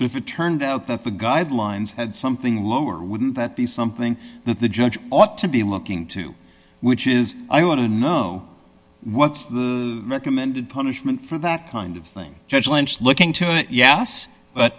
but if it turned out that the guidelines had something lower wouldn't that be something that the judge ought to be looking to which is i want to know what's the recommended punishment for that kind of thing judge lynch looking to it yes but